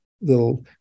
little